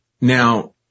Now